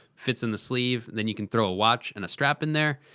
fits in the sleeve. then you can throw a watch and a strap in there.